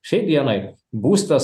šiai dienai būstas